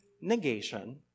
negation